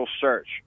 search